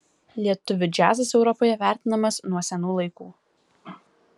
lietuvių džiazas europoje vertinamas nuo senų laikų